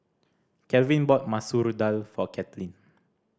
Calvin bought Masoor Dal for Kathlene